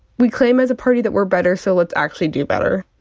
we claim, as a party, that we're better, so let's actually do better.